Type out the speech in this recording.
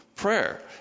prayer